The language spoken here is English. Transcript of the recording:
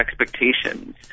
expectations